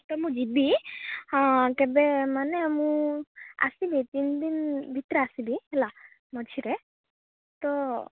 ତ ମୁଁ ଯିବି ହଁ କେବେ ମାନେ ମୁଁ ଆସିବି ତିନିଦିନ ଭିତରେ ଆସିବି ହେଲା ମଝିରେ ତ